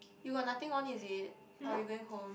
you got nothing on is it or you going home